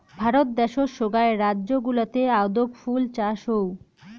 ভারত দ্যাশোত সোগায় রাজ্য গুলাতে আদৌক ফুল চাষ হউ